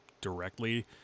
directly